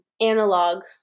analog